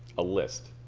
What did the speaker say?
a list.